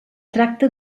tracta